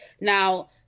Now